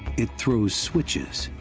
it throws switches,